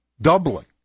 doubling